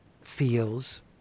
feels